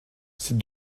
c’est